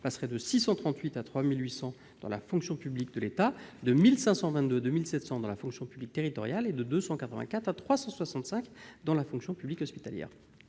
passeraient de 683 à 3 800 dans la fonction publique de l'État, de 1 522 à 2 700 dans la fonction publique territoriale et de 284 à 365 dans la fonction publique hospitalière.